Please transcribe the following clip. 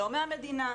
לא מהמדינה,